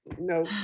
no